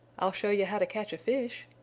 i'll show you how to catch a fish,